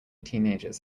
teenagers